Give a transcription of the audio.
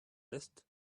list